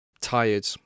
Tired